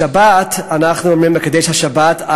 בשבת אנחנו אומרים "מקדש השבת",